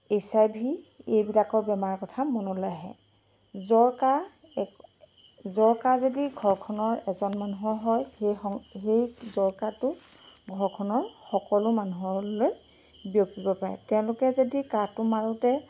H I V এইবিলাকৰ বেমাৰৰ কথা মনলৈ আহে জ্বৰ কাহ জ্বৰ কাহ যদি ঘৰখনৰ এজন মানুহৰ হয় সেই সেই জ্বৰ কাহটো ঘৰখনৰ সকলো মানুহলৈ বিয়পিব পাৰে তেওঁলোকে যদি কাহটো মাৰোঁতে